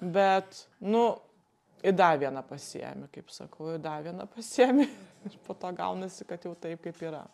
bet nu į da vieną pasiėmi kaip sakau i da vieną pasiėmi ir po to gaunasi kad jau taip kaip yra